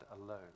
alone